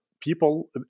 people